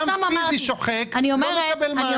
גם פיזי שוחק לא מקבל מענה.